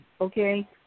okay